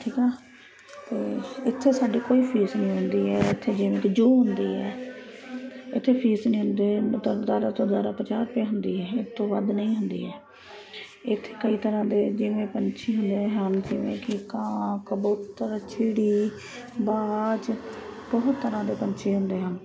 ਠੀਕ ਆ ਇੱਥੇ ਸਾਡੀ ਕੋਈ ਫੀਸ ਨਹੀਂ ਹੁੰਦੀ ਹੈ ਇੱਥੇ ਜਿਵੇਂ ਕਿ ਜੂਅ ਹੁੰਦੀ ਹੈ ਇੱਥੇ ਫੀਸ ਨਹੀਂ ਹੁੰਦੀ ਮਤਲਬ ਜ਼ਿਆਦਾ ਤੋਂ ਜ਼ਿਆਦਾ ਪੰਜਾਹ ਰੁਪਏ ਹੁੰਦੀ ਹੈ ਇਸ ਤੋਂ ਵੱਧ ਨਹੀਂ ਹੁੰਦੀ ਹੈ ਇੱਥੇ ਕਈ ਤਰ੍ਹਾਂ ਦੇ ਜਿਵੇਂ ਪੰਛੀ ਹੁੰਦੇ ਹਨ ਜਿਵੇਂ ਕਿ ਕਾਂ ਕਬੂਤਰ ਚਿੜੀ ਬਾਜ ਬਹੁਤ ਤਰ੍ਹਾਂ ਦੇ ਪੰਛੀ ਹੁੰਦੇ ਹਨ